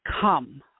come